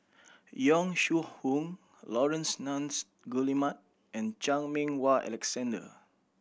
Yong Shu Hoong Laurence Nunns Guillemard and Chan Meng Wah Alexander